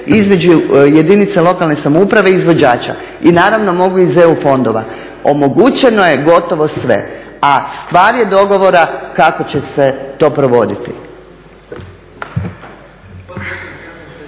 između jedinice lokalne samouprave i izvođača i naravno mogu iz EU fondova. Omogućeno je gotovo sve, a stvar je dogovora kako će se to provoditi.